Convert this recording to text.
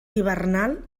hivernal